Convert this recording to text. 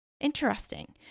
interesting